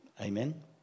amen